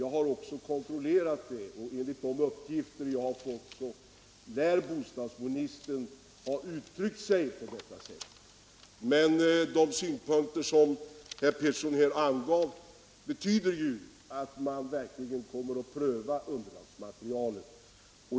Jag har kontrollerat citatet, och enligt de uppgifter jag har fått lär bostadsministern ha uttryckt sig på detta sätt. De synpunkter som herr Petersson här anförde innebär ju att man verkligen kommer att pröva underlagsmaterialet.